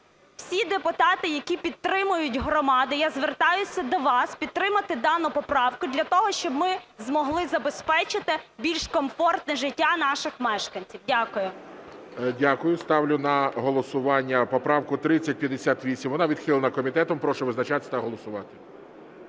Всі депутати, які підтримують громади, я звертаюся до вас, підтримати дану поправку для того, щоб ми змогли забезпечити більш комфортне життя наших мешканців. Дякую. ГОЛОВУЮЧИЙ. Дякую. Ставлю на голосування поправку 3058. Вона відхилена комітетом. Прошу визначатися та голосувати.